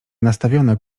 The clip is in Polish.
nastawione